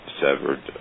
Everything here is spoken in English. severed